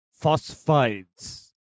phosphides